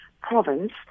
province